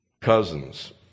cousins